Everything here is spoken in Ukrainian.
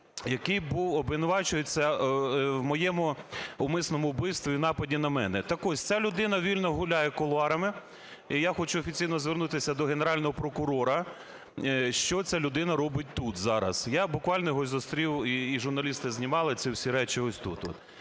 який був… обвинувачується в моєму умисному вбивстві, у нападі на мене. Так ось ця людина вільно гуляє кулуарами. І я хочу офіційно звернутися до Генерального прокурора, що ця людина робить тут зараз? Я, буквально, його і зустрів, і журналісти знімали ці всі речі ось тут